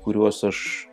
kuriuos aš